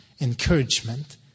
encouragement